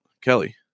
Kelly